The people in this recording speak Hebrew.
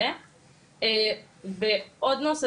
בכל עיר,